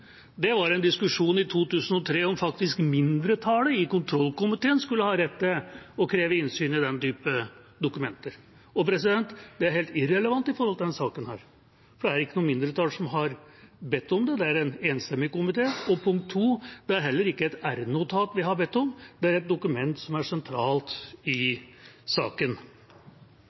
til, var en diskusjon i 2003 om mindretallet i kontrollkomiteen skulle ha rett til å kreve innsyn i den typen dokumenter. Det er helt irrelevant med tanke på denne saken, for det er ikke noe mindretall som har bedt om det, det er en enstemmig komité. Og punkt to: Det er heller ikke et r-notat vi har bedt om, det er et dokument som er sentralt i saken.